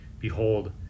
Behold